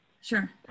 Sure